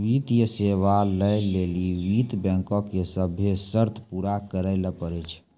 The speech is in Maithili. वित्तीय सेवा लै लेली वित्त बैंको के सभ्भे शर्त पूरा करै ल पड़ै छै